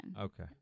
Okay